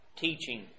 teaching